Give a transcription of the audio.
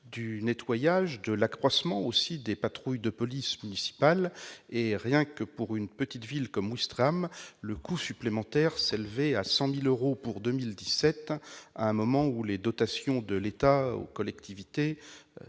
du nettoyage ou de l'accroissement des patrouilles de police municipale. Rien que pour une petite ville comme Ouistreham, le coût supplémentaire s'élevait à 100 000 euros pour 2017, à un moment où les dotations de l'État aux collectivités